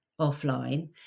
offline